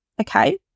okay